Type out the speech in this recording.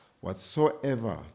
whatsoever